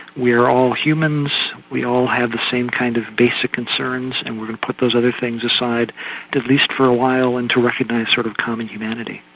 we are all humans, we all have the same kind of basic concerns and we're going to put those other things aside at least for a while and to recognise sort of common humanity.